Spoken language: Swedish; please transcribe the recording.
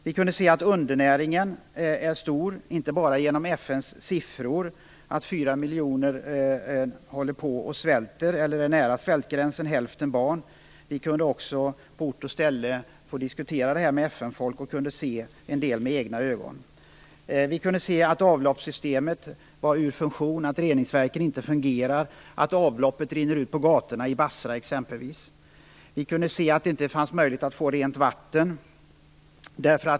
Vi kunde se att undernäringen är stor, inte bara genom FN:s siffror på att 4 miljoner, varav hälften barn, svälter eller är nära svältgränsen. Vi kunde på ort och ställe diskutera detta med FN:s folk och se en del med egna ögon. Vi kunde se att avloppssystemet var ur funktion, att reningsverken inte fungerar och att avloppet rinner ut på gatorna i exempelvis Basra. Vi kunde se att det inte fanns möjlighet att få rent vatten.